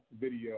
video